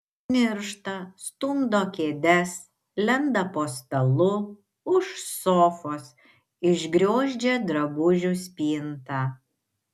niršta stumdo kėdes lenda po stalu už sofos išgriozdžia drabužių spintą